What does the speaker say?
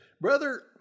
brother